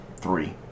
three